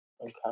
Okay